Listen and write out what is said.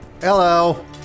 hello